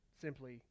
simply